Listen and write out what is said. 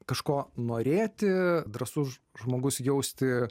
kažko norėti drąsus žmogus jausti